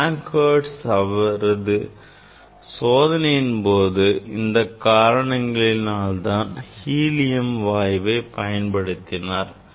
Frank - Hertz அவரது சோதனையின் போது இந்த காரணங்களினால் தான் ஹீலியம் வாயுவை பயன்படுத்தினார்